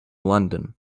london